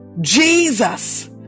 Jesus